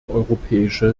europäische